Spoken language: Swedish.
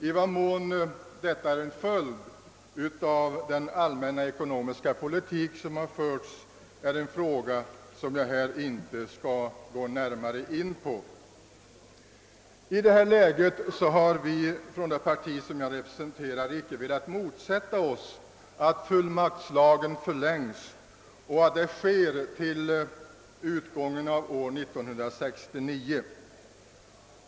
I vad mån detta är en följd av den allmänna ekonomiska politik som har förts är en fråga som jag inte skall här gå närmare in på. I detta läge har vi från det parti som jag representerar inte velat motsätta oss att fullmaktslagen förlängs och att detta sker till utgången av år 1969.